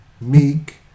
meek